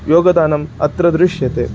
योगदानम् अत्र दृश्यते